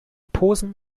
posen